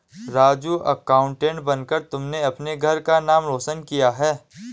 Raju accountant बनकर तुमने अपने घर का नाम रोशन किया है